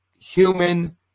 human